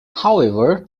however